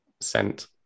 sent